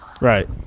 Right